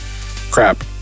Crap